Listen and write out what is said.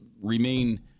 remain